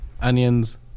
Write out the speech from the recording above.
onions